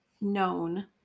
known